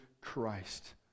Christ